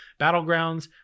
Battlegrounds